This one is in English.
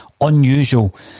unusual